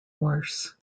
worse